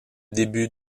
début